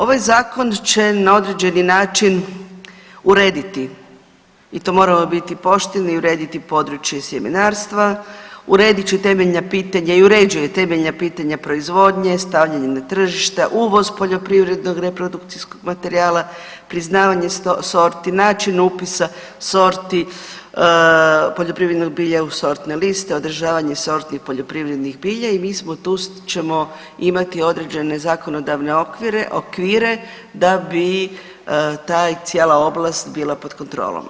Ovaj zakon će na određeni način urediti i to moramo biti pošteni i urediti područje sjemenarstva, uredit će temeljna pitanja i uređuje temeljna pitanja proizvodnje, stavljanja na tržište, uvoz poljoprivrednog reprodukcijskog materijala, priznavanje sorti, način upisa sorti poljoprivrednog bilja u sortne liste, održavanje sortnih poljoprivrednih bilja i mi tu ćemo imati određene zakonodavne okvire da bi ta cijela oblast bila pod kontrolom.